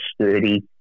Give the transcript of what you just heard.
sturdy